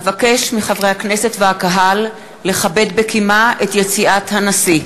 אבקש מחברי הכנסת והקהל לכבד בקימה את יציאת הנשיא.